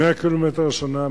100 ק"מ השנה,